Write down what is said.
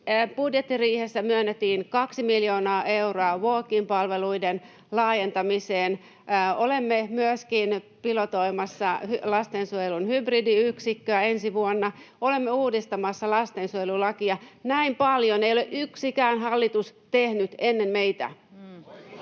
budjettiriihessä myönnettiin kaksi miljoonaa euroa walk-in-palveluiden laajentamiseen. Olemme myöskin pilotoimassa lastensuojelun hybridiyksikköä ensi vuonna. Olemme uudistamassa lastensuojelulakia. Näin paljon ei ole yksikään hallitus tehnyt ennen meitä.